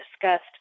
discussed